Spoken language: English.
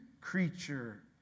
creature